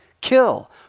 kill